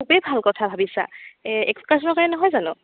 খুবেই ভাল কথা ভাবিছা এচকাৰছনৰ কাৰণে নহয় জানো